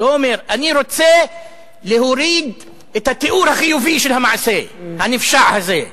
אני רוצה להוריד את התיאור החיובי של המעשה הנפשע הזה.